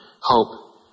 hope